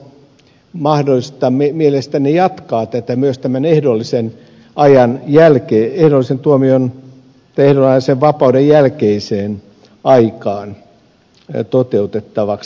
onko mahdollista mielestänne jatkaa tätä myös tämän ehdollisen ajon jälkeen jorosen tuomion ehdonalaisen vapauden jälkeiseen aikaan toteutettavaksi